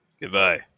Goodbye